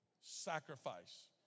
sacrifice